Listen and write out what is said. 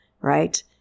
right